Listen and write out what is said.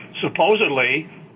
supposedly